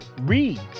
Reads